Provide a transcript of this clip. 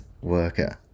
worker